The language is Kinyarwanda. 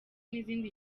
n’izindi